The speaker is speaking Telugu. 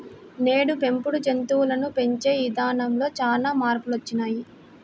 నేడు పెంపుడు జంతువులను పెంచే ఇదానంలో చానా మార్పులొచ్చినియ్యి